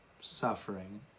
suffering